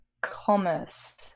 commerce